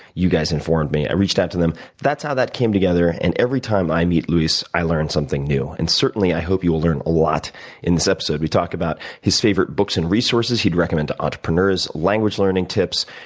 you guys informed me. i reached out to them. that's how that came together, and every time i meet luis, i learn something new. and certainly i hope you'll learn a lot in this episode. we talk about his favorite books and resources he'd recommend to entrepreneurs, language learning tips,